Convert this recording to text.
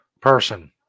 person